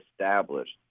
established